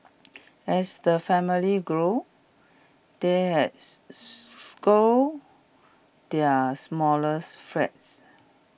as the family grew they had their smaller flats